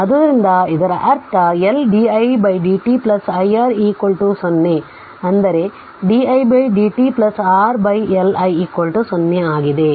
ಆದ್ದರಿಂದ ಇದರರ್ಥ L di dt i R 0 ಅಂದರೆ di dt R L i 0 ಆಗಿದೆ